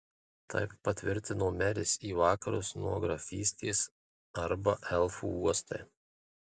taip patvirtino meris į vakarus nuo grafystės arba elfų uostai